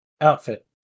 outfit